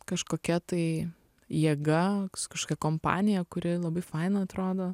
kažkokia tai jėga kažkokia kompanija kuri labai faina atrodo